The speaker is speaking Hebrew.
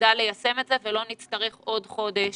שנדע ליישם את זה ולא נצטרך עוד חודש